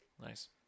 Nice